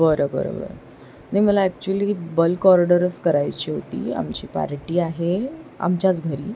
बरं बरं बरं नाही मला ॲक्च्युली बल्क ऑर्डरच करायची होती आमची पार्टी आहे आमच्याच घरी